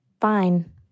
fine